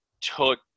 took